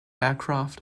aircraft